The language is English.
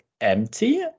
empty